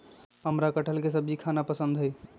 हमरा कठहल के सब्जी खाना पसंद हई